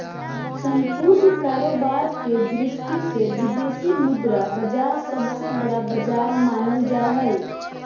सम्पूर्ण कारोबार के दृष्टि से विदेशी मुद्रा बाजार सबसे बड़ा बाजार मानल जा हय